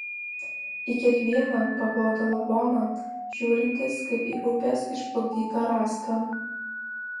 į kiekvieną paklotą lavoną žiūrintis kaip į upės išplukdytą rąstą